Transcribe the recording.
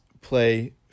play